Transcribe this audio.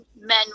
men